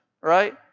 Right